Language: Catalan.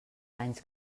danys